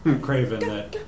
Craven